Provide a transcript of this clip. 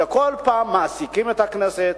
כאשר כל פעם מעסיקים את הכנסת,